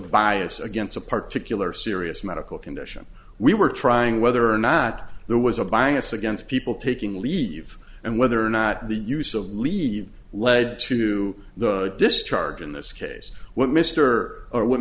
bias against a particularly serious medical condition we were trying whether or not there was a bias against people taking leave and whether or not the use of leave led to the discharge in this case what mr or what